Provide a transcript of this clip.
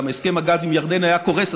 גם הסכם הגז עם ירדן היה קורס,